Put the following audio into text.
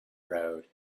road